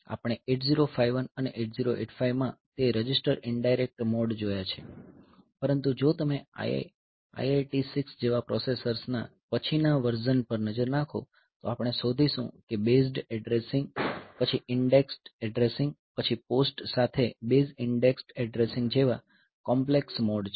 આપણે 8051 અને 8085 માં તે રજીસ્ટર ઇનડાયરેક્ટ મોડ જોયા છે પરંતુ જો તમે IIT6 જેવા પ્રોસેસર્સના પછીના વર્ઝન પર નજર નાખો તો આપણે શોધીશું કે બેઝ્ડ એડ્રેસિંગ પછી ઈન્ડેક્સ્ડ એડ્રેસિંગ પછી પોસ્ટ સાથે બેઝ ઈન્ડેક્સ્ડ એડ્રેસિંગ જેવા કોમ્પ્લેક્સ મોડ છે